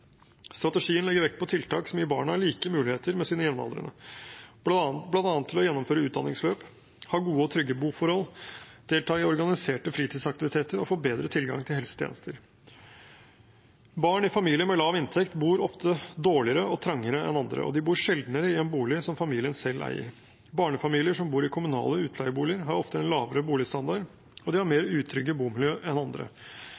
Strategien legger vekt på tiltak som gir barna samme muligheter som deres jevnaldrende, bl.a. til å gjennomføre utdanningsløp, ha gode og trygge boforhold, delta i organiserte fritidsaktiviteter og få bedre tilgang til helsetjenester. Barn i familier med lav inntekt bor ofte dårligere og trangere enn andre, og de bor sjeldnere i en bolig som familien selv eier. Barnefamilier som bor i kommunale utleieboliger, har oftere en lavere boligstandard, og de har